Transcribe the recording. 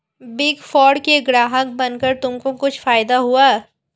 Big four के ग्राहक बनकर तुमको कुछ फायदा हुआ?